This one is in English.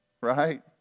Right